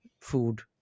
food